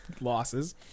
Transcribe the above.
losses